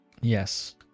Yes